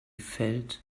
felt